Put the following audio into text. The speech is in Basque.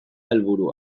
helburua